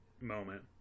moment